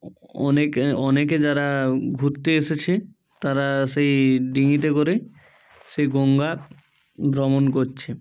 অ অনেক অনেকে যারা ঘুরতে এসেছে তারা সেই ডিঙিতে করে সেই গঙ্গা ভ্রমণ করছে